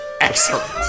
Excellent